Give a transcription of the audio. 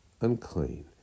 unclean